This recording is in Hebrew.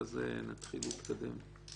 ואז נתחיל להתקדם.